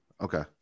okay